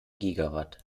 gigawatt